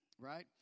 Right